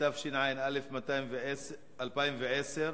התשע"א 2010,